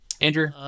Andrew